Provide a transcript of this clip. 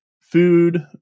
food